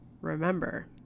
remember